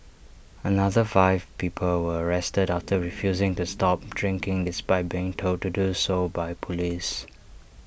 another five people were arrested after refusing to stop drinking despite being told to do so by Police